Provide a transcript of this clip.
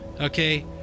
okay